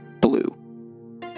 blue